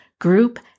group